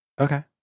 okay